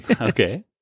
Okay